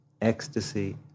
ecstasy